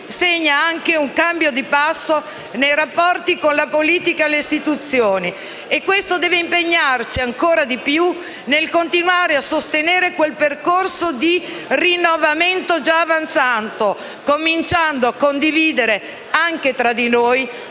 che segna anche un cambio di passo nei rapporti con la politica e le istituzioni. Questo deve vederci ancora più impegnati nel continuare a sostenere quel percorso di rinnovamento già avanzato, cominciando a condividere, anche tra di noi,